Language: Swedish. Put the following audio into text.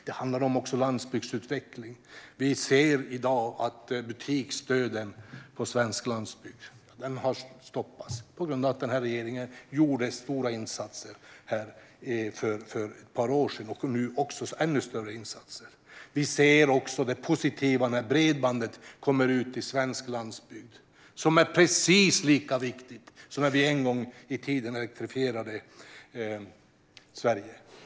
Det handlar också om landsbygdsutveckling. Vi ser i dag att butiksdöden på svensk landsbygd har stoppats på grund av att denna regering gjorde stora insatser för ett par år sedan och nu gör ännu större insatser. Vi ser också det positiva när bredbandet kommer ut på svensk landsbygd. Det är precis lika viktigt som när vi en gång i tiden elektrifierade Sverige.